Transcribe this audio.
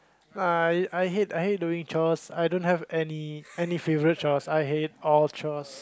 I I hate I hate doing chores I don't have any any favourite chores I hate all chores